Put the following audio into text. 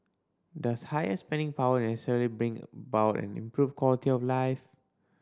does higher spending power necessarily bring about an improved quality of life